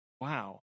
wow